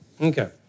Okay